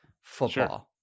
football